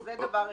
זה דבר אחד.